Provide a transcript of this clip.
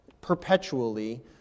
perpetually